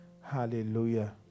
Hallelujah